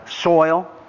soil